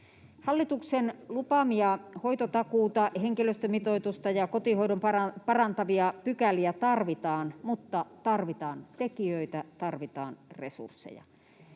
Hallituksen lupaamia hoitotakuuta, henkilöstömitoitusta ja kotihoitoa parantavia pykäliä tarvitaan, mutta tarvitaan tekijöitä, tarvitaan